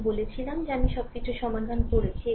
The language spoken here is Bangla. আমি বলেছিলাম যে আমি সবকিছু সমাধান করেছি